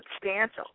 substantial